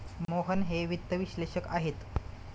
मोहन हे वित्त विश्लेषक आहेत